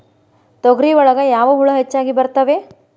ತೊಗರಿ ಒಳಗ ಯಾವ ಹುಳ ಹೆಚ್ಚಾಗಿ ಬರ್ತವೆ?